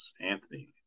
Anthony